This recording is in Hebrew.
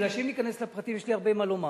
מפני שאם ניכנס לפרטים יש לי הרבה מה לומר.